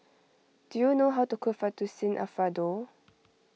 do you know how to cook Fettuccine Alfredo